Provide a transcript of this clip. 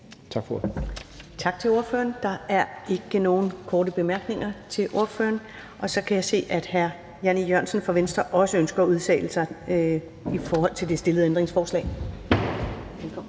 Tak til ordføreren. Der er ikke nogen korte bemærkninger til ordføreren. Så kan jeg se, at hr. Jan E. Jørgensen fra Venstre også ønsker at udtale sig i forhold til det stillede ændringsforslag.